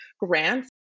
grants